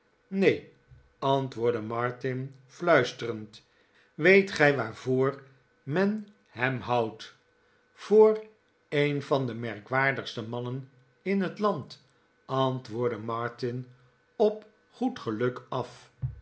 neen antwoordde martin fluisterend weet gij waarvoor men hem houdt voor een van de merkwaardigste mannen in het land antwoordde martin op goed geluk af